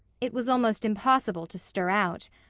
it was almost impossible to stir out.